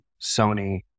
Sony